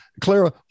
Clara